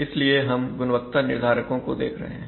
इसलिए हम गुणवत्ता निर्धारकों को देख रहे हैं